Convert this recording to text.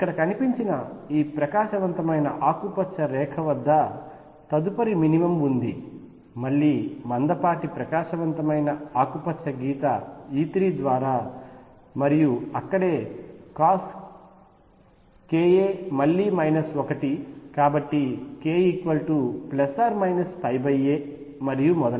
ఇక్కడ కనిపించిన ఈ ప్రకాశవంతమైన ఆకుపచ్చ రేఖ వద్ద తదుపరి మినిమమ్ ఉంది మళ్లీ మందపాటి ప్రకాశవంతమైన ఆకుపచ్చ గీత E3 ద్వారా మరియు అక్కడే కాస్ ka మళ్లీ 1 కాబట్టి k a మరియు మొదలైనవి